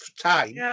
time